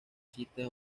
chistes